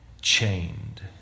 chained